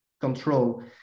control